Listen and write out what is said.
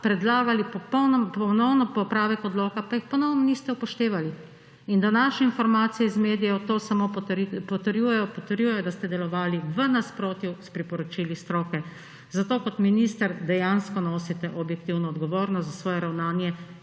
predlagali so ponovno popravek odloka, pa jih ponovno niste upoštevali. In današnje informacije iz medijev to samo potrjujejo – potrjujejo, da ste delovali v nasprotju s priporočili stroke. Zato kot minister dejansko nosite objektivno odgovornost za svoje ravnanje